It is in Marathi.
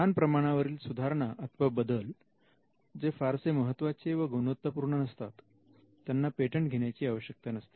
लहान प्रमाणावरील सुधारणा अथवा बदल जे फारसे महत्त्वाचे व गुणवत्तापूर्ण नसतात त्यांना पेटंट घेण्याची आवश्यकता नसते